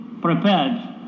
prepared